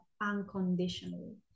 unconditionally